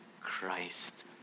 christ